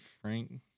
Frank